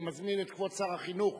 אני מזמין את כבוד שר החינוך,